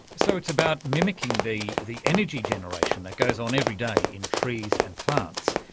so it's about mimicking the the energy generation that goes on every day in trees and plants,